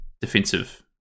defensive